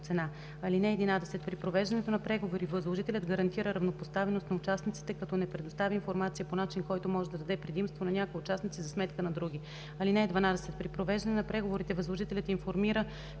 качество/цена. (11) При провеждане на преговорите възложителят гарантира равнопоставеност на участниците, като не предоставя информация по начин, който може да даде предимство на някои участници за сметка на други. (12) При провеждане на преговорите възложителят информира